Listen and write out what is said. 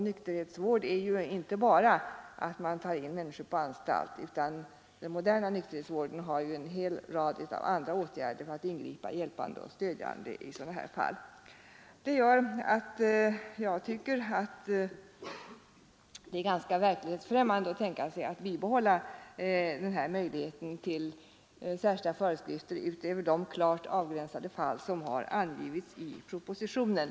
Nykterhetsvård innebär ju inte bara att man tar in människor på anstalt, utan den moderna nykterhetsvården kan som bekant vidta en hel rad andra åtgärder för att ingripa hjälpande och stödjande i sådana här fall. Detta gör att att jag tycker det är verklighetsfrämmande att tänka sig att behålla möjligheten till särskilda föreskrifter utöver de klart avgränsade fall som har angivits i propositionen.